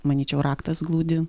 manyčiau raktas glūdi